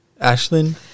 Ashlyn